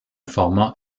format